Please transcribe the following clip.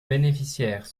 bénéficiaires